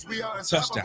Touchdown